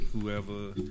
whoever